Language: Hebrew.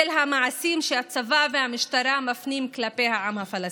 המעשים שהצבא והמשטרה מפנים כלפי העם הפלסטיני.